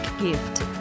gift